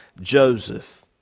Joseph